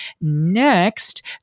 Next